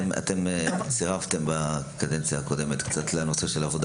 אתם סירבתם בקדנציה הקודמת קצת לנושא של עבודה